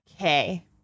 Okay